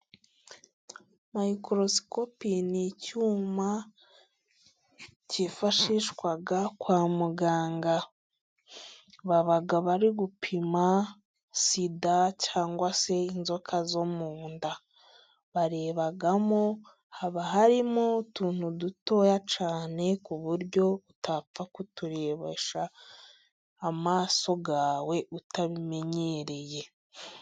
Mayikorosikopi n'icyuma cyifashishwa kwa muganga, baba bari gupima sida cyangwa se inzoka zo mu nda barebamo, haba harimo utuntu dutoya cyane ku buryo utapfa kuturebesha amaso yawe utabimenyereye.